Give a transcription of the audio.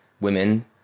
women